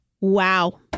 Wow